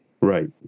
Right